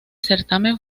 certamen